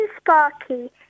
Sparky